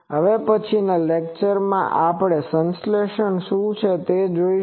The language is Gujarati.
હવે પછીના લેકચરમાં આપણે સંશ્લેષણ શું છે તે જોઈશું